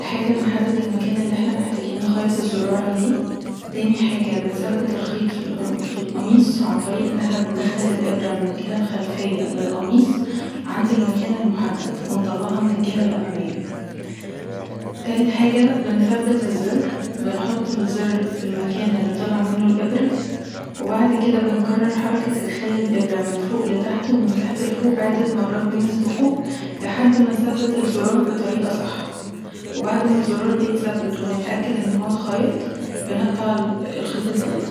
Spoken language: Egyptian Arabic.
اول حاجه بنحدد المكان اللي احنا محتاجين نخيط الزرار عليه تاني حاجه بنثبت الخيط في القميص عن طريق ان احنا بندخل الابره من الجهه الخلفيه للقميص عند المكان المحدد ونطلعها من الجهه الأماميه تالت حاجه بنثبت الزر بنحط الزر في المكان اللي طلع منه الابره وبعد كدا بنكرر حركه ادخال الابره من فوق لتحت ومن تحت لفوق عدة مرات بين الثقوب لحد ما نثبت الزار بطزيقه صح وبعد ما نثبت الزار ونتأكد ان هو اتخيط بنقطع الخيط الزياده